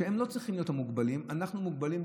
שהם לא צריכים להיות המוגבלים אנחנו מוגבלים,